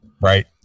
Right